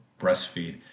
breastfeed